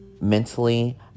mentally